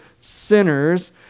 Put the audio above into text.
sinners